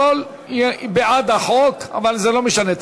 עשר דקות